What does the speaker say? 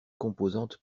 composante